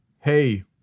Hey